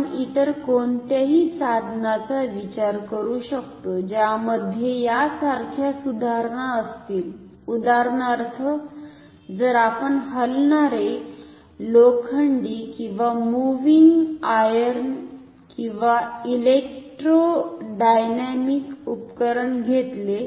आपण इतर कोणत्याही साधनांचा विचार करू शकतो ज्यामध्ये यासारख्याच सुधारणा असतील उदाहरणार्थ जर आपण हलणारे लोखंडीमुव्हिंग आयर्न किंवा इलेक्ट्रोडायनॅमिक उपकरण घेतले